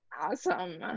Awesome